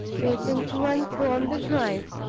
pacing to and fro on the drive.